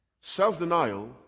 self-denial